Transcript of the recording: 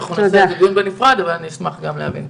שנערוך על זה דיון נפרד ואשמח להבין.